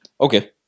Okay